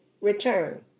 return